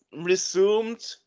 resumed